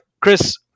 Chris